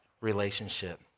relationship